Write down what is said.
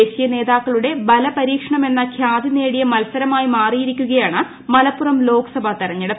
ദേശീയ നേതാക്കളുടെ ബലപരീക്ഷണമെന്ന ഖ്യാതി നേടിയ മത്സരമായി മാറിയിരിക്കയാണ് മലപ്പുറം ലോക്സഭാ തെരഞ്ഞെടുപ്പ്